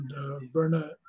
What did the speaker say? Verna